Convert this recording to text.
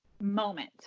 moment